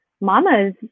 mamas